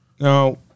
Now